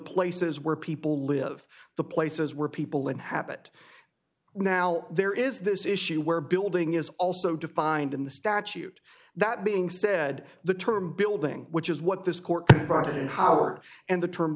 places where people live the places where people inhabit now there is this issue where building is also defined in the statute that being said the term building which is what this court our and the term